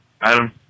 Adam